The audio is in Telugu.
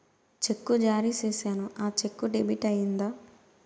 చెక్కు జారీ సేసాను, ఆ చెక్కు డెబిట్ అయిందా